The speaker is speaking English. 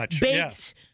baked